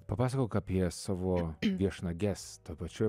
papasakok apie savo viešnages toj pačioj